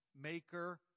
maker